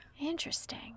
interesting